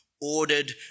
ordered